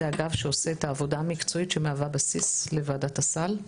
זה אגף שעושה את העבודה המקצועית שמהווה בסיס לוועדת הסל,